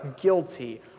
guilty